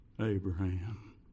Abraham